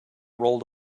rolled